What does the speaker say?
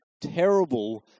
terrible